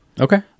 Okay